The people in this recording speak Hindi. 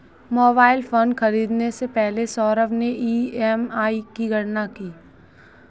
मोबाइल फोन खरीदने से पहले सौरभ ने ई.एम.आई की गणना की